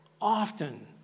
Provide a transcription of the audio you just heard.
often